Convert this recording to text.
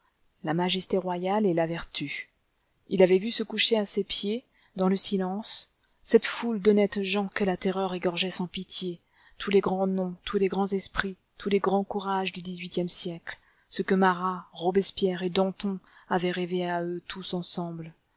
la majesté royale et la vertu il avait vu se coucher à ses pieds dans le silence cette foule d'honnêtes gens que la terreur égorgeait sans pitié tous les grands noms tous les grands esprits tous les grands courages du dix-huitième siècle ce que marat robespierre et danton avaient rêvé à eux tous ensemble